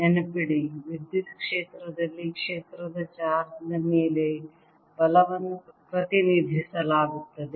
ನೆನಪಿಡಿ ವಿದ್ಯುತ್ ಕ್ಷೇತ್ರದಲ್ಲಿ ಕ್ಷೇತ್ರದ ಚಾರ್ಜ್ ನ ಮೇಲೆ ಬಲವನ್ನು ಪ್ರತಿನಿಧಿಸಲಾಗುತ್ತದೆ